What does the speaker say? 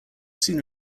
soon